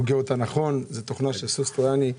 תוכנה של סוס טרויאני,